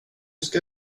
ska